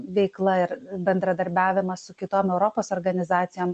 veikla ir bendradarbiavimas su kitom europos organizacijom